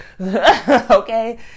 okay